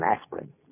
aspirin